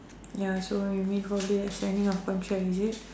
ya so you need whole day signing of contract is it